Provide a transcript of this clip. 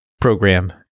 Program